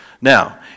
Now